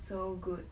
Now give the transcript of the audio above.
so good